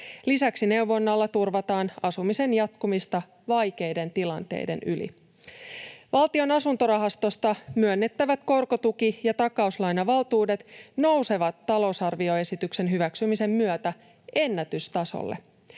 Lisäksi neuvonnalla turvataan asumisen jatkumista vaikeiden tilanteiden yli. Valtion asuntorahastosta myönnettävät korkotuki- ja takauslainavaltuudet nousevat talousarvioesityksen hyväksymisen myötä ennätystasolle.